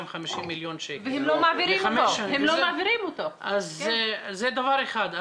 250 מיליון שקל לחמש שנים, אז זה דבר אחד.